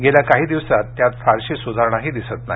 गेल्या काही दिवसात त्यात फारशी स्धारणाही दिसत नाही